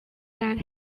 that